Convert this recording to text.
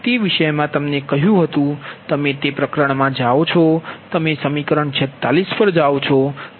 તે વિષયમાં કહ્યુ હતુ તમે તે પ્રકરણમાં જાઓ છો તમે સમીકરણ 46 પર જાઓ છો